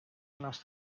bewoners